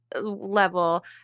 level